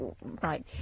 Right